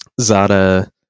Zada